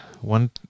one